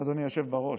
אדוני היושב בראש,